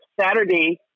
Saturday